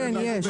כן, יש.